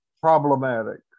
problematic